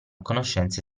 conoscenze